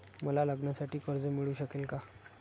मला लग्नासाठी कर्ज मिळू शकेल का?